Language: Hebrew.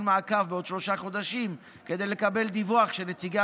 מעקב בעוד שלושה חודשים כדי לקבל דיווח של נציגי